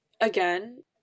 again